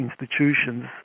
institutions